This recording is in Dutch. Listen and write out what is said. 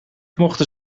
mochten